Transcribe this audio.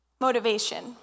motivation